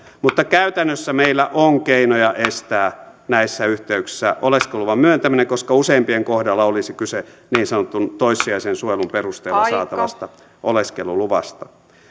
mutta käytännössä meillä on keinoja estää näissä yhteyksissä oleskeluluvan myöntäminen koska useimpien kohdalla olisi kyse niin sanotun toissijaisen suojelun perusteella saatavasta oleskeluluvasta